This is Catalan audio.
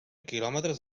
quilòmetres